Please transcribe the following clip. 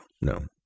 no